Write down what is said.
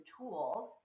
tools